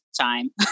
time